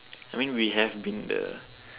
I mean we have been the